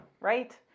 right